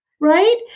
Right